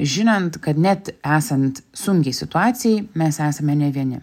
žinant kad net esant sunkiai situacijai mes esame ne vieni